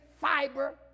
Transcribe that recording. fiber